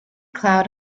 cloud